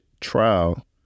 trial